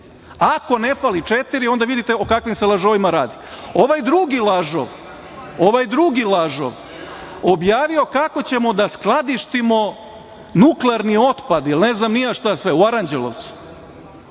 Ako ne fali četiri, onda vidite o kakvim se lažovima radi. Ovaj drugi lažov, ovaj drugi lažov obavio je kako ćemo da skladištimo nuklearni otpad i ne znam ni ja šta u Aranđelovcu.